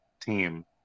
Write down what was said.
team